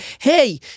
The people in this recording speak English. hey